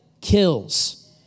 kills